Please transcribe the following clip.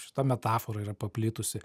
šita metafora yra paplitusi